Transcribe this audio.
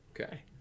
Okay